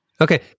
Okay